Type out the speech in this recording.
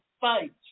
fight